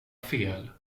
fel